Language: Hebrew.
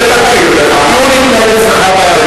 הדיון יתנהל אצלך בוועדה.